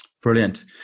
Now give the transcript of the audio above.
Brilliant